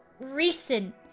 Recent